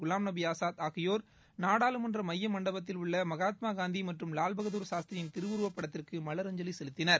குலாம்நபி ஆசாத் ஆகியோர் நாடாளுமன்ற மைய மண்டபலத்தில் உள்ள மகாத்மா காந்தி மற்றும் வால் பகதூர் சாஸ்திரியின் திருவுருவப் படத்திற்கு மலரஞ்சலி செலுத்தினர்